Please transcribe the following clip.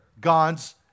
God's